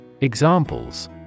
Examples